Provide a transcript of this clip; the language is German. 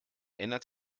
ändert